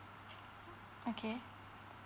okay